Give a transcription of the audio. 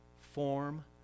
form